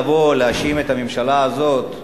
לבוא להאשים את הממשלה הזאת,